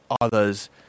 others